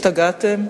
השתגעתם?